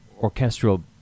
orchestral